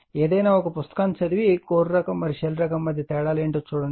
ఏదైనా ఒక పుస్తకాన్ని చదివి కోర్ రకం మరియు షెల్ రకం మధ్య తేడాలు ఏమిటో చూడండి